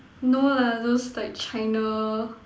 no lah those like China